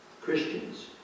Christians